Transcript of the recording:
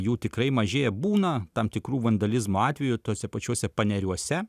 jų tikrai mažėja būna tam tikrų vandalizmo atvejų tuose pačiuose paneriuose